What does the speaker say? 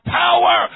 power